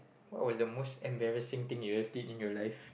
what was the most embarrassing thing you ever did in your life